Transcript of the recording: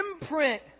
imprint